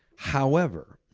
however,